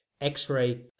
X-Ray